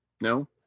No